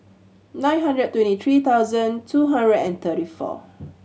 nine hundred twenty tree thousand two hundred and thirty four